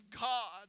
God